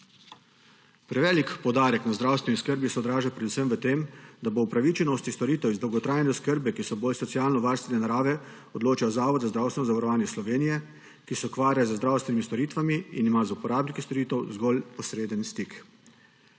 Prevelik poudarek na zdravstveni oskrbi se odraža predvsem v tem, da bo o upravičenosti storitev iz dolgotrajne oskrbe, ki so bolj socialnovarstvene narave, odločal Zavod za zdravstveno zavarovanje Slovenije, ki se ukvarja z zdravstvenimi storitvami in ima z uporabniki storitev zgolj posreden stik.